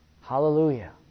Hallelujah